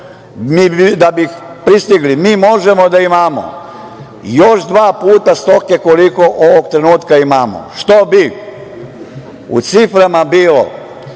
da bi pristigli mi možemo da imamo još dva puta stoke koliko ovog trenutka imamo, što bi u ciframa bilo